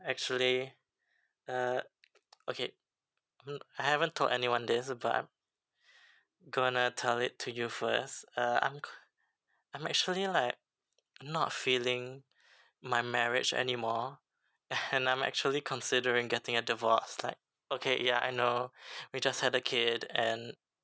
actually uh okay mm I haven't told anyone this but going to tell it to you first uh I'm quite I'm actually like not feeling my marriage anymore and I'm actually considering getting a divorce like okay ya I know we just had the kid and